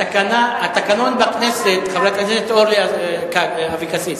חברת הכנסת אורלי אבקסיס,